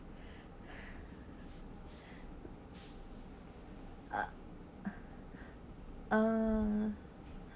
uh err